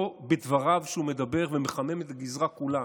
לא בדבריו, שהוא מדבר ומחמם את הגזרה כולה